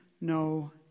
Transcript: no